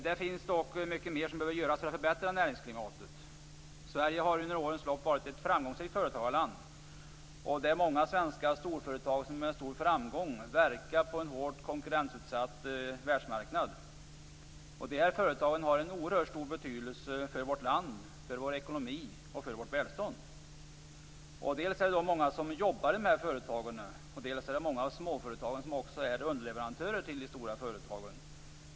Det finns dock mycket mer som behöver göras för att förbättra näringsklimatet. Sverige har under årens lopp varit ett framgångsrikt företagarland. Det är många svenska storföretag som med stor framgång verkar på en hård konkurrensutsatt världsmarknad. Dessa företag har en oerhört stor betydelse för vårt land, för vår ekonomi och för vårt välstånd. Dels är det många som jobbar i dessa företag, dels är det många småföretag som är underleverantörer till de stora företagen.